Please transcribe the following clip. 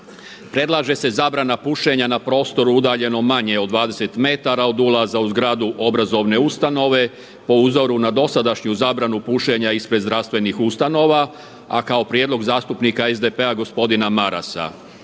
predlaže se zabrana pušenja na prostoru udaljenom manje od 20 metara od ulaza u zgradu obrazovne ustanove po uzoru na dosadašnju zabranu pušenja ispred zdravstvenih ustanova a kao prijedlog zastupnika SDP-a gospodina Marasa.